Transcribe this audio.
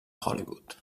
hollywood